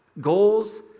Goals